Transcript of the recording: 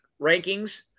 rankings